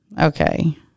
Okay